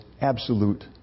absolute